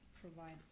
provide